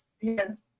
Yes